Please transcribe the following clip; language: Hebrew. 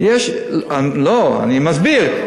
לא, אני מסביר.